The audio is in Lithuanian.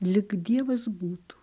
lyg dievas būtų